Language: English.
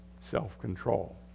self-control